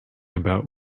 about